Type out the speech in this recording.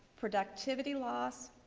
productivity loss,